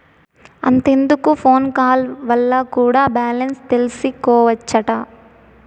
అంతెందుకు phone call వల్ల కూడా బాలెన్స్ తెల్సికోవచ్చట